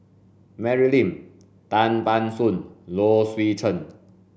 Mary Lim Tan Ban Soon Low Swee Chen